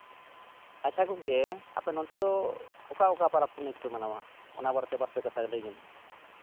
ᱟᱪᱪᱷᱟ ᱜᱚᱢᱠᱮ ᱟᱯᱮ ᱱᱚᱛᱮ ᱫᱚ ᱚᱠᱟ ᱚᱠᱟ ᱯᱚᱨᱚᱵᱽ ᱯᱩᱱᱟᱹᱭ ᱯᱮ ᱢᱟᱱᱟᱣᱟ ᱚᱱᱟ ᱵᱟᱨᱮᱛᱮ ᱵᱟᱨᱯᱮ ᱠᱟᱛᱷᱟ ᱞᱟᱹᱭ ᱢᱮ